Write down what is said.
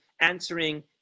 answering